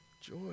joy